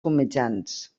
fumejants